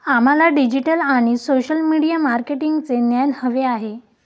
आम्हाला डिजिटल आणि social media मार्केटिंगचे ज्ञान हवे आहे